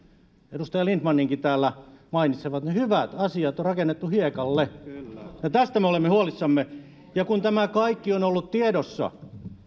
edustaja lindtmaninkin täällä mainitsemat hyvät asiat on rakennettu hiekalle ja tästä me olemme huolissamme ja kun tämä kaikki on ollut tiedossa